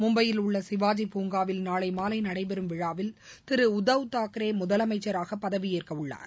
மும்பையில் உள்ள சிவாஜி பூங்காவில் நாளை மாலை நடைபெறும் விழாவில் திரு உத்தவ் தாக்ரே முதலமைச்சராக பதவியேற்கவுள்ளார்